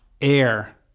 Air